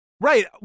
Right